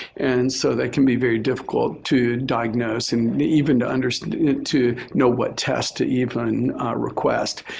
and so that can be very difficult to diagnose and even to understand to know what test to even request.